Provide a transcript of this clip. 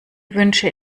wünsche